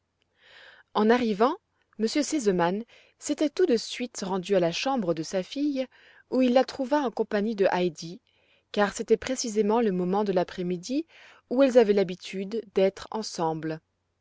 en arrivant m r sesemann s'était tout de suite rendu à la chambre de sa fille où il la trouva en compagnie de heidi car c'était précisément le moment de l'après-midi où elles avaient l'habitude d'être ensemble